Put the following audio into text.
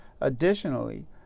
Additionally